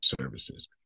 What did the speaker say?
services